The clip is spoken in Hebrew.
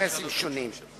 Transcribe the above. ואינטרסים שונים.